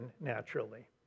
naturally